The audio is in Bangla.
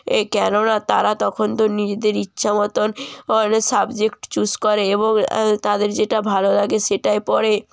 এ কেননা তারা তখন তো নিজেদের ইচ্ছা মতন অন সাবজেক্ট চুস করে এবং তাদের যেটা ভালো লাগে সেটাই পড়ে